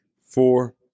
four